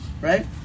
right